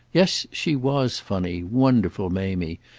yes, she was funny, wonderful mamie,